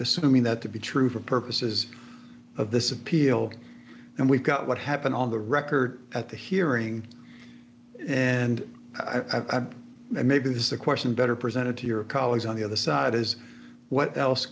assuming that to be true for purposes of this appeal and we've got what happened on the record at the hearing and i've maybe this is a question better presented to your colleagues on the other side is what else